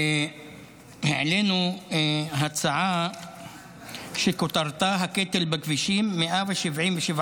העלינו הצעה שכותרתה "הקטל בכבישים: 177